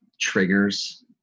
triggers